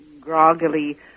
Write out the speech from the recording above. groggily